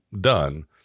done